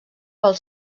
pel